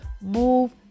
move